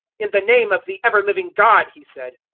in the name of the ever-living god, he said,